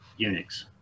Unix